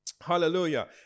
Hallelujah